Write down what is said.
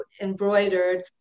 Embroidered